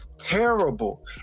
Terrible